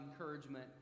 encouragement